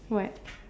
what